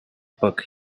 book